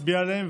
הצביעה עליהן,